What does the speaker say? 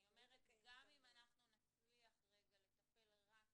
גם אם אנחנו נצליח רגע לטפל רק